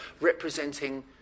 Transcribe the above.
representing